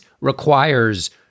requires